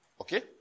Okay